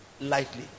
Lightly